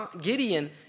Gideon